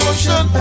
Ocean